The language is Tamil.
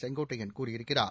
செங்கோட்டையன் கூறியிருக்கிறார்